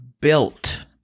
built